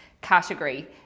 category